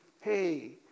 hey